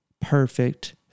perfect